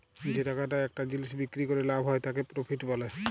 যে টাকাটা একটা জিলিস বিক্রি ক্যরে লাভ হ্যয় তাকে প্রফিট ব্যলে